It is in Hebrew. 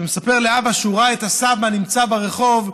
והוא מספר לאבא שהוא ראה את הסבא נמצא ברחוב,